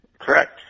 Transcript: Correct